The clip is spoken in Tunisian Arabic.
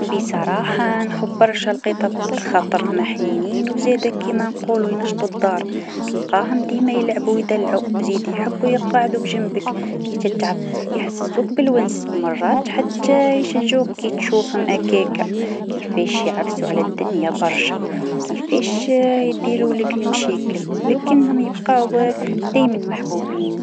حيواني المفضل هو الكلب. نحبهم خاطرهم أوفياء ويفهموا صاحبتهم. الكلاب يخلوني نحس بالأمان، ونحب نلعب معهم في الحديقة. زيدا، عندهم طاقة إيجابية ويعطيوك حب بلا حدود.